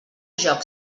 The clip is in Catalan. joc